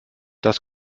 das